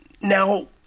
now